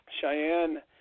Cheyenne